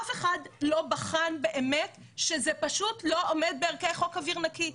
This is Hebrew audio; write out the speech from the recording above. אף אחד לא בחן באמת שזה פשוט לא עומד בערכי חוק אוויר נקי.